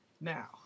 now